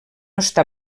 està